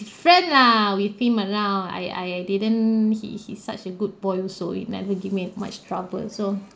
friend lah with him around I I didn't he he's such a good boy also he never give me much trouble so